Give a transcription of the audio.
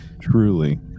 truly